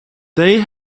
they